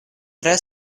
tre